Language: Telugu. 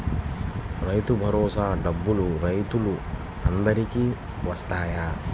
రైతు భరోసా డబ్బులు రైతులు అందరికి వస్తాయా?